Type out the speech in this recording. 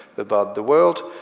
about the world,